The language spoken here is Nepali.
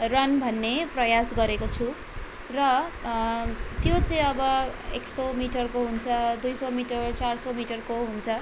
रन भन्ने प्रयास गरेको छु र त्यो चाहिँ अब एक सय मिटरको हुन्छ दुई सय मिटर चार सय मिटरको हुन्छ